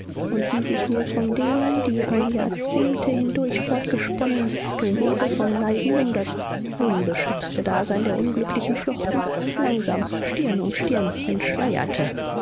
und wie sich mir von denen die ein jahrzehnte hindurch fortgesponnenes gewebe von leiden um das unbeschützte dasein der unglücklichen flochten langsam stirn um stirn